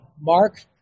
Mark